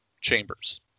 chambers